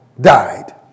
died